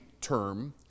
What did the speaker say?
term